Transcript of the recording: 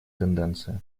тенденция